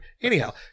anyhow